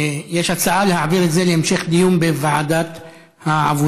יש הצעה להעביר את זה להמשך דיון בוועדת העבודה.